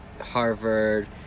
Harvard